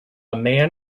man